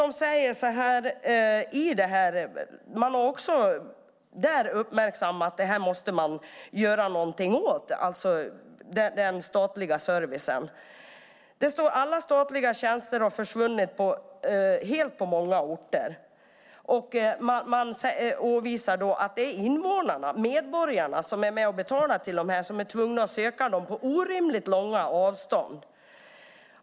Man har också där uppmärksammat att man måste göra någonting åt den statliga servicen. Det står att alla statliga tjänster har försvunnit helt på många orter. Det är invånarna, medborgarna som är med och betalar till detta, som är tvungna att söka dem på orimligt långa avstånd.